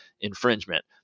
infringement